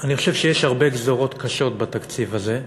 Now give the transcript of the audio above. אני חושב שיש הרבה גזירות קשות בתקציב הזה.